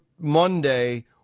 Monday